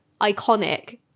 iconic